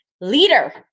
leader